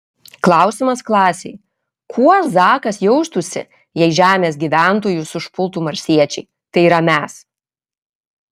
klausimas klasei kuo zakas jaustųsi jei žemės gyventojus užpultų marsiečiai tai yra mes